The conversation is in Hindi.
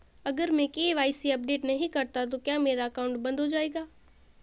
अगर मैं के.वाई.सी अपडेट नहीं करता तो क्या मेरा अकाउंट बंद हो जाएगा?